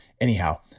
Anyhow